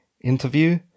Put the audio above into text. interview